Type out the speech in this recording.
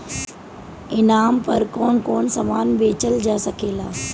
ई नाम पर कौन कौन समान बेचल जा सकेला?